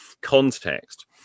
context